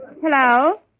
Hello